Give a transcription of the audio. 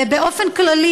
ובאופן כללי,